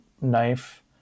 knife